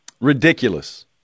Ridiculous